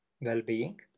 well-being